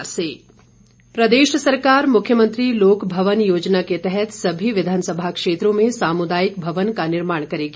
सैजल प्रदेश सरकार मुख्यमंत्री लोक भवन योजना के तहत सभी विधानसभा क्षेत्रों में सामुदायिक भवन का निर्माण करेगी